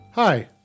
Hi